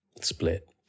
split